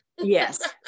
Yes